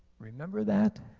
remember that?